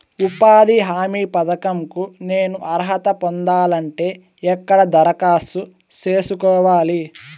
ఉపాధి హామీ పథకం కు నేను అర్హత పొందాలంటే ఎక్కడ దరఖాస్తు సేసుకోవాలి?